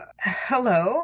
hello